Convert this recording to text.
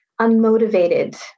unmotivated